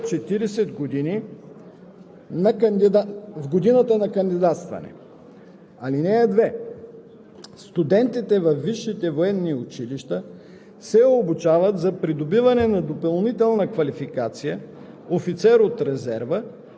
срещу тях да няма образувано наказателно производство за умишлено престъпление от общ характер; 6. да не навършват 40 години в годината на кандидатстване. (2) Студентите